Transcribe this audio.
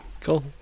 Cool